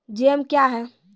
Jam क्या हैं?